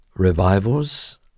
Revivals